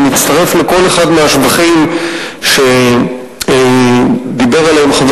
אני מצטרף לכל אחד מהשבחים שדיבר עליהם חבר